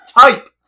type